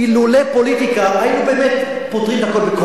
אילולא הפוליטיקה, היינו אוכלים אחד את השני.